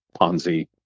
Ponzi